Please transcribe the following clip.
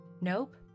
Nope